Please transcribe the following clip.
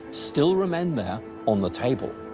still remain there on the table.